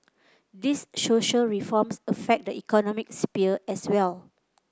these social reforms affect the economic sphere as well